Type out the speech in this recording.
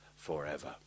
forever